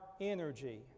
energy